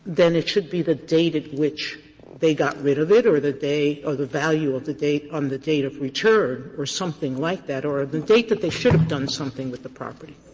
then it should be the date at which they got rid of it or the day or the value of the date on the date of return or something like that or or the date that they should have done something with the property.